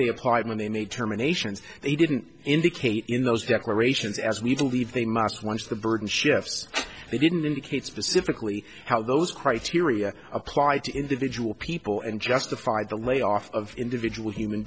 they applied when they made terminations they didn't indicate in those declarations as need to leave they must once the burden shifts they didn't indicate specifically how those criteria applied to individual people and justify the layoff of individual human